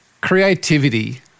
creativity